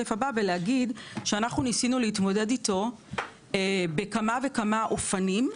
אנחנו ניסינו להתמודד איתו בכמה וכמה אופנים.